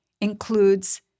includes